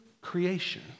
creation